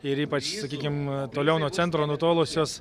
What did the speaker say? ir ypač sakykim toliau nuo centro nutolusios